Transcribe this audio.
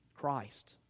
Christ